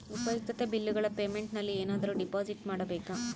ಉಪಯುಕ್ತತೆ ಬಿಲ್ಲುಗಳ ಪೇಮೆಂಟ್ ನಲ್ಲಿ ಏನಾದರೂ ಡಿಪಾಸಿಟ್ ಮಾಡಬೇಕಾ?